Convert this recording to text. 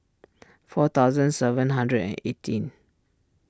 four thousand seven hundred and eighteen